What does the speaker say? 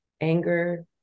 anger